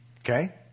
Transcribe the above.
Okay